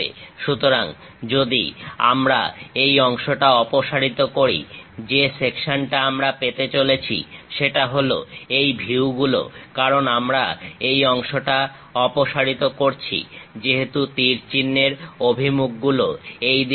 সুতরাং যদি আমার এই অংশটা অপসারিত করি যে সেকশনটা আমরা পেতে চলেছি সেটা হলো এই ভিউগুলো কারণ আমরা এই অংশটা অপসারিত করছি যেহেতু তীর চিহ্নের অভিমুখ গুলো এইদিকে আছে